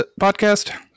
podcast